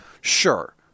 sure